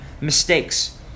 mistakes